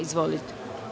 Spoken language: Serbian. Izvolite.